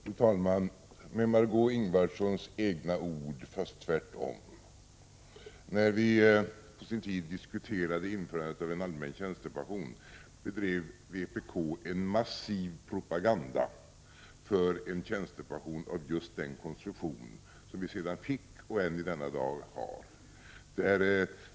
Fru talman! Med Marg6ö Ingvardssons egna ord, fast tvärtom, vill jag säga följande: När vi på sin tid diskuterade införandet av en allmän tjänstepension bedrev vpk en massiv propaganda för en tjänstepension av just den konstruktion som vi sedan fick och än i denna dag har.